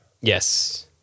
Yes